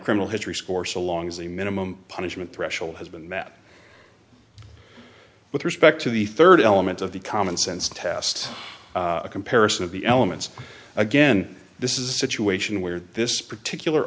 criminal history score so long as the minimum punishment threshold has been met with respect to the rd element of the commonsense test a comparison of the elements again this is a situation where this particular